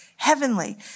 Heavenly